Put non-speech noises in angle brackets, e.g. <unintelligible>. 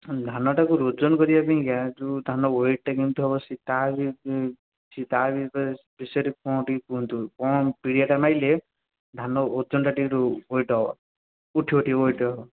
ଧାନଟାକୁ ଓଜନ କରିବା ପାଇଁକା ଯେଉଁ ଧାନ ୱେଟ୍ଟା କେମିତି ହବ ସେ ତାହା ବି ସିଏ ତା' ବି <unintelligible> ସ୍ପେଶିଆଲି କ'ଣ ଟିକିଏ କୁହନ୍ତୁ କ'ଣ ପିଡ଼ିଆଟା ମାଇଲେ ଧାନ ଓଜନଟା ଟିକିଏ <unintelligible> ୱେଟ୍ ହବ ଉଠିବ ଟିକିଏ ୱେଟ୍ ହବ